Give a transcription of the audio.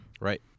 Right